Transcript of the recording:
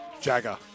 Jagger